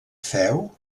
feu